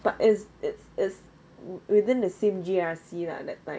but is is is within the same G_R_C lah that time